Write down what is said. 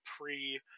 pre